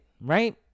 Right